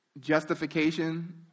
Justification